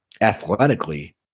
athletically